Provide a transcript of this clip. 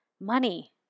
money